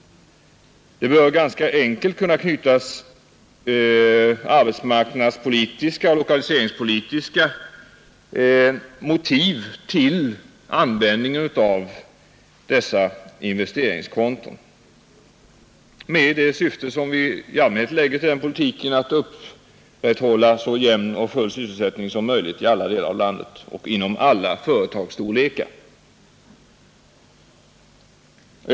Det bör vara ganska enkelt att anknyta arbetsmarknadspolitiska och lokaliseringspolitiska motiv till användningen av dessa investerings konton med det syfte vi i allmänhet anger, nämligen att upprätthålla så jämn och full sysselsättning som möjligt i alla delar av landet och inom företag av olika storleksordning.